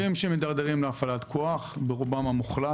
אירועים שמידרדרים להפעלת כוח ברובם המוחלט